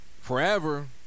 forever